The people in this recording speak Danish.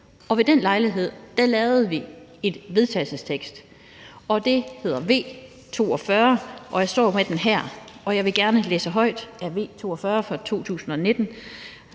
Ved den lejlighed lavede vi en vedtagelsestekst, V 42, og jeg står med den her. Jeg vil gerne læse højt af V 42 fra 2019: